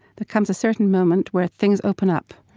there comes a certain moment where things open up,